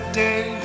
day